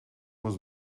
was